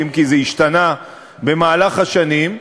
אם כי זה השתנה במהלך השנים,